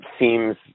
seems